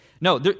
No